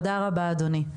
תודה רבה, אדוני.